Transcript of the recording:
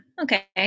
Okay